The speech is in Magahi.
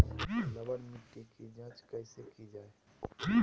लवन मिट्टी की जच कैसे की जय है?